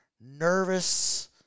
nervous